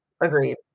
Agreed